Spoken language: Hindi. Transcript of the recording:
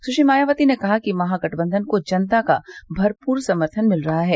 सुश्री मायावती ने कहा कि महागठबंधन को जनता का भरपूर समर्थन मिल रहा है